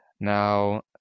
now